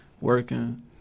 working